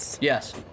Yes